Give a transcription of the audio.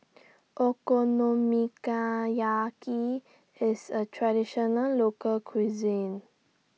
IS A Traditional Local Cuisine